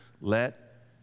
let